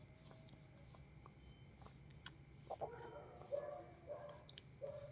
UPI ಬಹು bank ಖಾತೆಗಳನ್ನ ಒಂದ ಮೊಬೈಲ್ ಅಪ್ಲಿಕೇಶನಗ ಅಧಿಕಾರ ಕೊಡೊ ವ್ಯವಸ್ತ